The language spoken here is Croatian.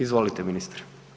Izvolite ministre.